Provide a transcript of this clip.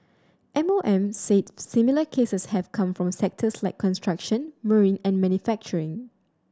M O M said similar cases have come from sectors like construction marine and manufacturing